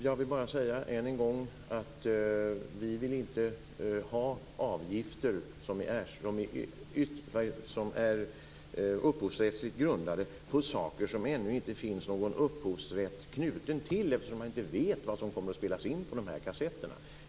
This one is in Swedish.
Jag vill bara säga än en gång att vi inte vill ha avgifter som är upphovsrättsligt grundade på saker som det ännu inte finns någon upphovsrätt knuten till. Man vet nämligen ännu inte vad som kommer att spelas in på kassetterna.